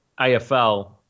AFL